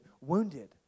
wounded